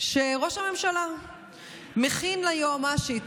שראש הממשלה מכין ליועמ"שית,